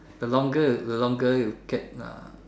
the longer the longer you get ah